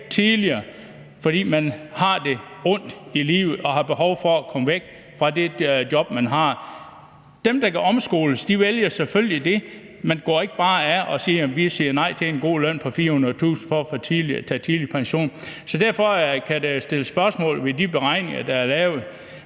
tidligere, fordi man har ondt i livet og har behov for at komme væk fra det job, man har. Dem, der kan omskoles, vælger selvfølgelig det. Man går ikke bare af og siger nej til en god løn på 400.000 kr. for at tage tidlig pension. Så derfor kan der sættes spørgsmålstegn ved de beregninger, der er lavet.